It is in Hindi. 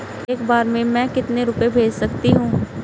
एक बार में मैं कितने रुपये भेज सकती हूँ?